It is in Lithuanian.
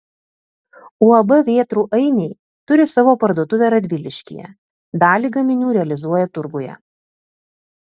uab vėtrų ainiai turi savo parduotuvę radviliškyje dalį gaminių realizuoja turguje